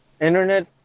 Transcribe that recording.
internet